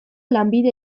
lanbide